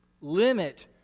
Limit